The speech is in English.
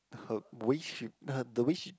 her way she her the way she